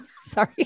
sorry